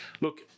Look